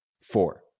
Four